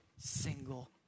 Single